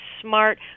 smart